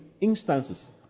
instances